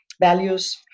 values